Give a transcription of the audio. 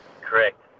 Correct